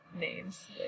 names